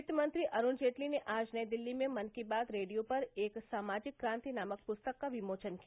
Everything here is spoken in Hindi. वित्तमंत्री अरुण जेटली ने आज नई दिल्ली में मन की बात रेडियो पर एक सामाजिक क्रांति नामक प्रस्तक का विमोचन किया